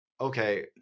okay